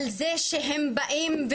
על זה שהם באים,